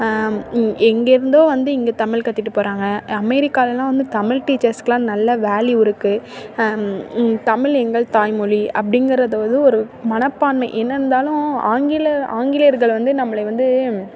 எங்கேருந்தோ வந்து இங்கே தமிழ் கற்றுட்டு போகிறாங்க அமெரிக்காலலாம் வந்து தமிழ் டீச்சர்ஸ்கலாம் நல்ல வேல்யூ இருக்குது தமிழ் எங்கள் தாய்மொழி அப்படிங்கறது ஒரு ஒரு மனப்பான்மை என்ன இருந்தாலும் ஆங்கிலம் ஆங்கிலேயர்கள் வந்து நம்மள வந்து